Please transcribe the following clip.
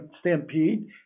stampede